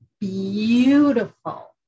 beautiful